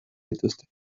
dituzte